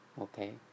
Okay